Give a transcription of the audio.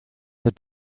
the